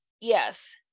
Yes